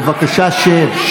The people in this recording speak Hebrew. בבקשה שב.